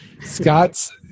Scott's